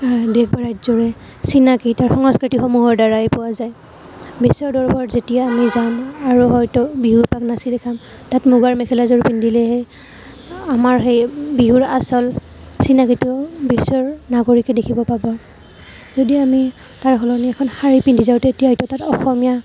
দেশ বা ৰাজ্যৰে চিনাকী তাৰ সংস্কৃতিসমূহৰদ্বাৰাই পোৱা যায় বিশ্বৰ দৰবাৰত যেতিয়া আমি যাম আৰু হয়তো বিহু এপাক নাচি দেখুৱাম তাত মুগাৰ মেখেলাযোৰ পিন্ধিলেহে আমাৰ সেই বিহুৰ আচল চিনাকিটো বিশ্বৰ নাগৰিকে দেখিব পাব যদি আমি তাৰ সলনি এখন শাৰী পিন্ধি যাওঁ তেতিয়া হয়তো তাত অসমীয়া